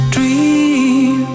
Dream